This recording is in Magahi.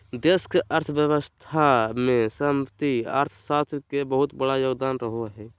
देश के अर्थव्यवस्था मे समष्टि अर्थशास्त्र के बहुत बड़ा योगदान रहो हय